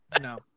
no